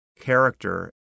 character